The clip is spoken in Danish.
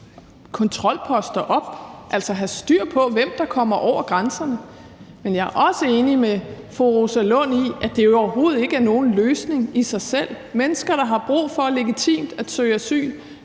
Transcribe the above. kontrolposter op, altså have styr på, hvem der kommer over grænserne. Men jeg er også enig med fru Rosa Lund i, at det overhovedet ikke er nogen løsning i sig selv. Mennesker, der har brug for legitimt at søge asyl